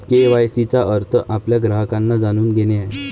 KYC चा अर्थ आपल्या ग्राहकांना जाणून घेणे आहे